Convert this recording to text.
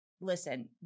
Listen